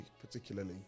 particularly